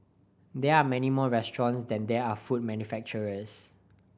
there are many more restaurants than there are food manufacturers